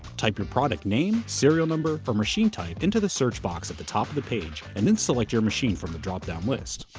type your product name, serial number, or machine type into the search box at the top of the page and then select your machine from the dropdown list.